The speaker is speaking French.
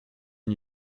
une